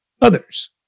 others